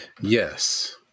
Yes